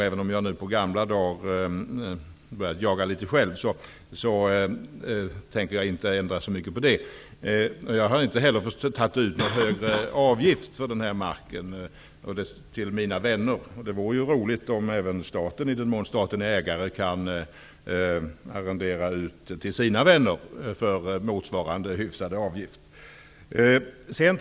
Även om jag på gamla dagar börjat jaga litet själv, tänker jag inte ändra värst mycket på det. Jag har inte heller tagit ut någon högre avgift av mina vänner för arrende av denna mark. Det vore roligt -- i den mån staten är ägare -- om staten kunde arrendera ut till sina vänner till motsvarande rimliga avgifter.